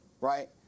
right